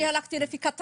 לא, אני הלכתי לפי הכתבה,